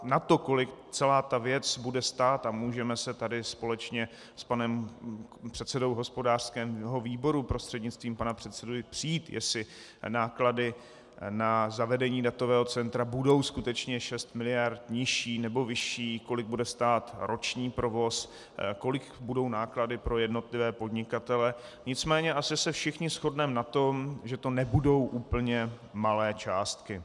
Na to, kolik celá ta věc bude stát, a můžeme se tady společně s panem předsedou hospodářského výboru, prostřednictvím pana předsedajícího, přít, jestli náklady na zavedení datového centra budou skutečně 6 miliard, nižší nebo vyšší, kolik bude stát roční provoz, kolik budou náklady pro jednotlivé podnikatele, nicméně asi se všichni shodneme na tom, že to nebudou úplně malé částky.